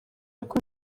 ariko